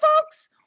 folks